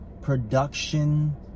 production